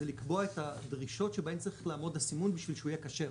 זה לקבוע את הדרישות שבהם צריך לעמוד הסימון בשביל שהוא יהיה כשר.